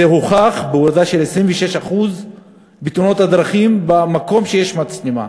זה הוכח בהורדה של 26% בתאונות הדרכים במקום שיש בו מצלמה.